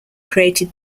created